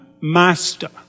master